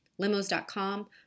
Limos.com